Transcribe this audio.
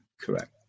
Correct